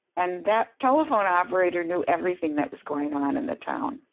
and that telephone operator knew everything that was going on in the town.